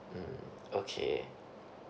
mm okay